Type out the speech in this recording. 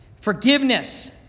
forgiveness